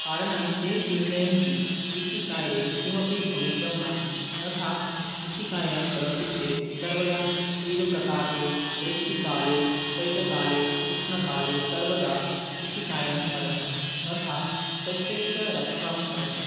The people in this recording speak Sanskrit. कारणं ते चिन्तयन्ति कृषिकार्ये किमपि भविष्यं नास्ति तथा कृषिकार्यं करोति चेत् सर्वदा सूर्यप्रकाशे वृष्टिकाले शैत्यकाले उष्णकाले सर्वदा कृषिकार्यं करणीयं तथा सस्यस्य रक्षां करणीयम्